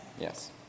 Yes